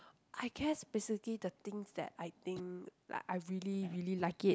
I guess basically the things that I think like I really really like it